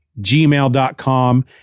gmail.com